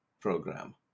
program